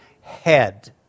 head